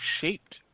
shaped